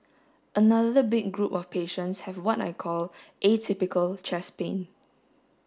another big group of patients have what I call atypical chest pain